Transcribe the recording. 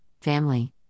family